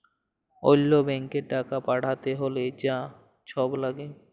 অল্য ব্যাংকে টাকা পাঠ্যাতে হ্যলে যা ছব ল্যাগে